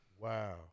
Wow